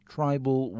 Tribal